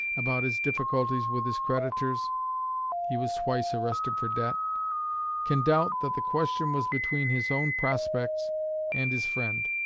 about his difficulties with his creditors he was twice arrested for debt can doubt that the question was between his own prospects and his friend